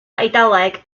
eidaleg